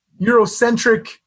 Eurocentric